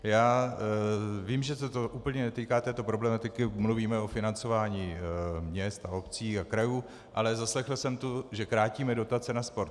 Já vím, že se to úplně netýká této problematiky, mluvíme o financování měst, obcí a krajů, ale zaslechl jsem tu, že krátíme dotace na sport.